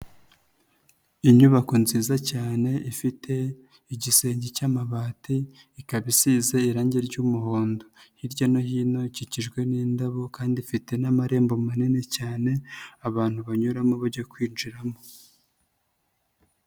Inyubako nziza cyane ifite igisenge cy'amabati ikaba isize irangi ry'umuhondo, hirya no hino ikikijwe n'indabo kandi ifite n'amarembo manini cyane abantu banyuramo bajya kwinjiramo.